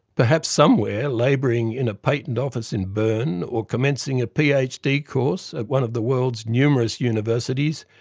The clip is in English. perhaps somewhere, labouring in a patent office in berne, or commencing a ph. d. course at one of the world's numerous universities,